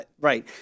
right